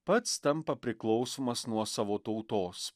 pats tampa priklausomas nuo savo tautos